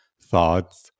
thoughts